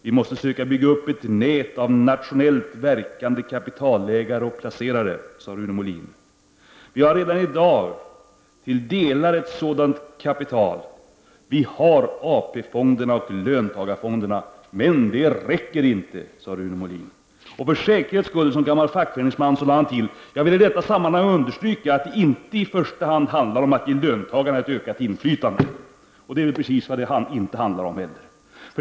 Vi måste söka bygga upp ett nät av nationellt verkande kapitalägare och placerare. Vi har redan i dag till viss del ett sådant kapital. Vi har AP-fonderna och löntagarfonderna, men det räcker inte, sade Rune Molin. Och för säkerhets skull, som gammal fackföreningsman, lade han till: Jag vill i detta sammanhang understryka att det inte i första hand handlar om att ge löntagarna ett ökat inflytande. Det är väl precis vad det inte handlar om.